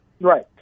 Right